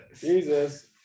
Jesus